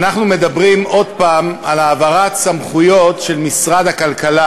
אנחנו מדברים עוד פעם על העברת סמכויות של משרד הכלכלה,